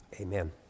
Amen